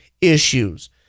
issues